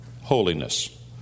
holiness